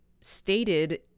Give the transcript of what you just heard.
stated